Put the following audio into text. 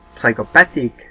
psychopathic